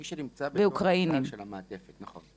מי שנמצא בתוך המעטפת הזאת, נכון.